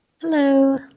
Hello